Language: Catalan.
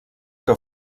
que